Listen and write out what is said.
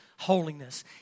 Holiness